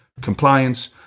compliance